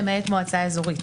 למעט מועצה אזורית.